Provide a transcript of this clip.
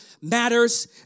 matters